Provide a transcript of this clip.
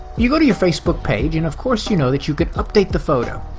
you go to your facebook page and, of course, you know that you can update the photo.